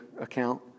account